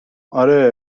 آره